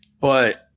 But-